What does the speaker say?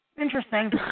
Interesting